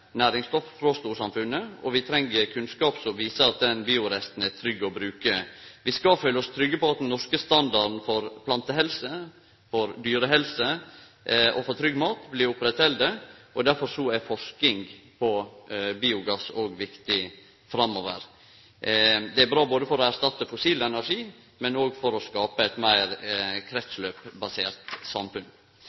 frå storsamfunnet. Vi treng kunnskap som viser at den bioresten er trygg å bruke. Vi skal føle oss trygge på at den norske standarden for plantehelse, dyrehelse og trygg mat blir oppretthalden. Derfor er forsking på biogass òg viktig framover. Det er bra både for å erstatte fossil energi og for å skape eit meir kretsløpsbasert samfunn.